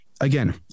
again